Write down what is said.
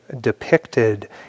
depicted